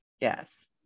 Yes